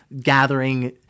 gathering